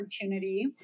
opportunity